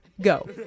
Go